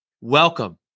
welcome